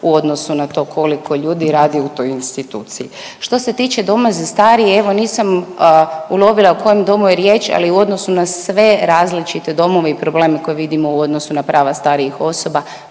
u odnosu na to koliko ljudi radi u toj instituciji. Što se tiče doma za starije, evo nisam ulovila o kojem domu je riječ, ali u odnosu na sve različite domove i probleme koje vidimo u odnosu na prava starijih osoba